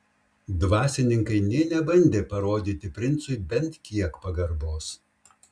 dvasininkai nė nebandė parodyti princui bent kiek pagarbos